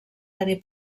tenir